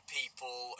people